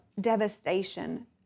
devastation